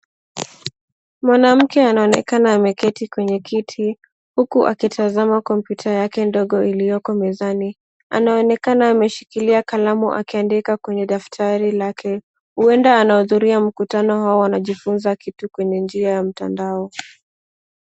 Mwanamke anaonekana ameketi kwenye kiti, huku akitazama kompyuta yake ndogo, ilioko mezani. Anaonekana ameshikilia kalamu akiandika kwenye daftari lake, huenda anahudhuria mkutano au anajifunza kitu kwenye njia ya mtandao.